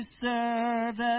service